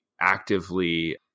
actively